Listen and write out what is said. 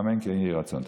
אמן, כן יהי רצון.